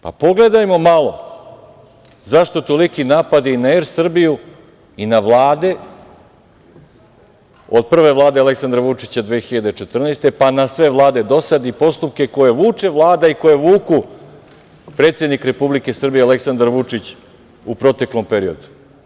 Pogledajmo malo zašto toliki napadi i na „Er Srbiju“ i na vlade, od prve vlade Aleksandra Vučića 2014. godine, pa na sve vlade do sad i postupke koje vuče Vlada i koje vuku predsednik Republike Srbije Aleksandar Vučić u proteklom periodu.